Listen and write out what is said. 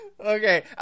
Okay